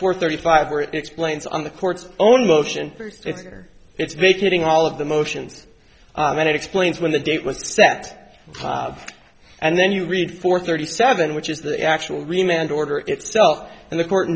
four thirty five or explains on the court's own motion it's vacating all of the motions that explains when the date was set and then you read for thirty seven which is the actual remained order itself and the court